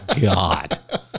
God